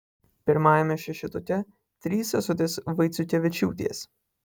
pirmajame šešetuke trys sesutės vaiciukevičiūtės